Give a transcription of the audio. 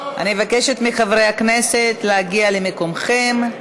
אני מבקשת מחברי הכנסת להגיע למקומכם.